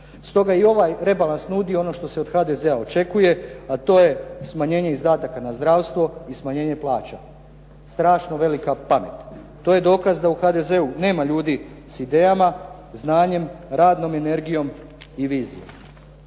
Stoga i ovaj rebalans nudi ono što se od HDZ-a očekuje a to je smanjenje izdataka na zdravstvo i smanjenje plaća. Strašno velika pamet. To je dokaz da u HDZ-u nema ljudi s idejama, znanjem, radnom energijom i vizijom.